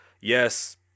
Yes